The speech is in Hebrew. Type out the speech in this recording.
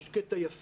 יש קטע יפה